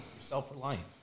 self-reliant